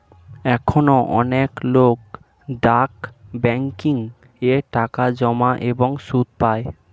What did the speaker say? এখনো অনেক লোক ডাক ব্যাংকিং এ টাকা জমায় এবং সুদ পায়